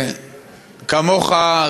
כמוך,